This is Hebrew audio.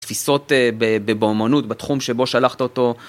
תפיסות ב.. באומנות בתחום שבו שלחת אותו.